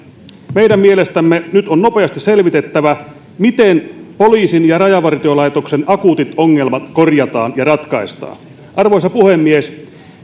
meidän mielestämme nyt on nopeasti selvitettävä miten poliisin ja rajavartiolaitoksen akuutit ongelmat korjataan ja ratkaistaan arvoisa puhemies